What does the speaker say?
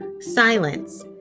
silence